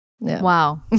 Wow